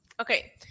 okay